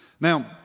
Now